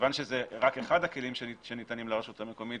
מכיוון שזה רק אחד הכלים שניתנים לרשות המקומית,